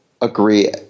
agree